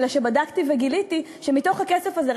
אלא שבדקתי וגיליתי שמתוך הכסף הזה,